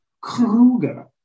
Kruger